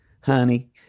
honey